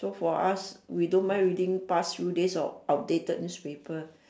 so for us we don't mind reading past few days of outdated newspaper